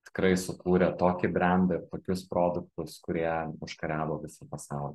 tikrai sukūrė tokį brendą ir tokius produktus kurie užkariavo visą pasaulį